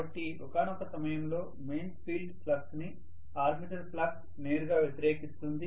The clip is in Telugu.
కాబట్టి ఒకానొక సమయంలో మెయిన్ ఫీల్డ్ ఫ్లక్స్ ని ఆర్మేచర్ ఫ్లక్స్ నేరుగా వ్యతిరేకిస్తుంది